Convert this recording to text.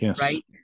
Right